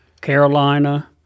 Carolina